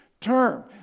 term